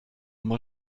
było